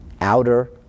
outer